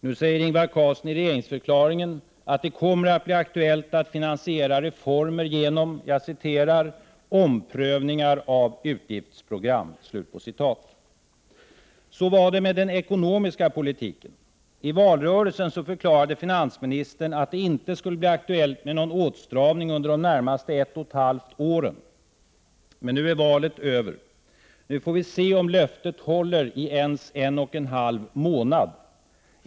Nu säger Ingvar Carlsson i regeringsförklaringen att det kommer att bli aktuellt att finansiera reformer genom ”omprövningar av utgiftsprogram”. Så var det med den ekonomiska politiken. I valrörelsen förklarade finansministern att det inte skulle bli aktuellt med någon åtstramning under de närmaste 1,5 åren. Men nu är valet över. Nu får vi se om löftet håller ens i en och en halv månad.